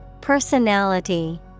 personality